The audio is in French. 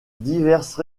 diverses